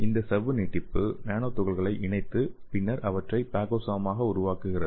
இந்த சவ்வு நீட்டிப்பு நானோ துகள்களை இணைத்து பின்னர் அவற்றை பாகோசோமாக உருவாக்குகின்றன